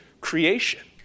creation